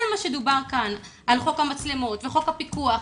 כל מה שדובר כאן על חוק המצלמות וחוק הפיקוח,